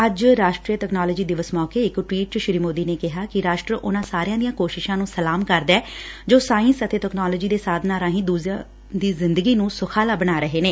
ਅੱਜ ਰਾਸ਼ਟਰੀ ਤਕਨਾਲੋਜੀ ਦਿਵਸ ਮੌਕੇ ਇਕ ਟਵੀਟ ਚ ਸ੍ਰੀ ਮੋਦੀ ਨੇ ਕਿਹਾ ਕਿ ਰਾਸ਼ਟਰ ਉਨ੍ਹਾਂ ਸਾਰਿਆਂ ਦੀਆਂ ਕੋਸ਼ਿਸ਼ਾਂ ਨੂੰ ਸਲਾਮ ਕਰਦਾ ਐ ਜੋ ਸਾਇੰਸ ਅਤੇ ਤਕਨਾਲੋਜੀ ਦੇ ਸਾਧਨਾ ਰਾਹੀ ਦੂਜਿਆ ਦੀ ਜ਼ਿੰਦਗੀ ਨੂੰ ਸੁਖਾਲਾ ਬਣਾ ਰਹੇ ਨੇ